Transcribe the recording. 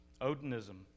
Odinism